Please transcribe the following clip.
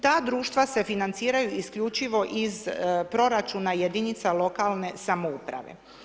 Ta društva se financiraju isključivo iz proračuna jedinica lokalne samouprave.